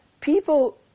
People